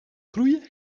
groeien